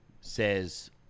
says